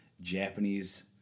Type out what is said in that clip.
Japanese